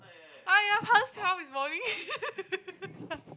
!aiya! punch charm this morning